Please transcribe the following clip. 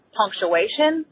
punctuation